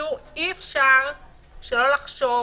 אי-אפשר שלא לחשוב